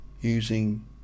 using